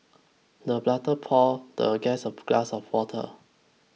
the butler poured the guest a glass of water